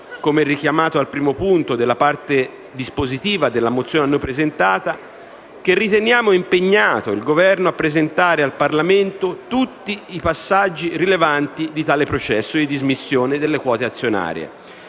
come richiamato al primo punto della parte dispositiva della mozione da noi presentata, che riteniamo impegnato il Governo a presentare al Parlamento tutti i passaggi rilevanti di tale processo di dismissione delle quote azionarie.